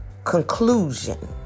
Conclusion